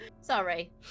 Sorry